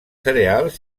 cereals